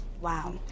Wow